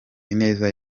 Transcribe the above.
ineza